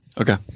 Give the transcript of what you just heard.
Okay